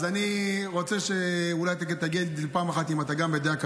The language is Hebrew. אז אני רוצה שאולי תגיד פעם אחת אם אתה גם בדעה,